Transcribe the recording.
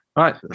right